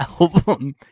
album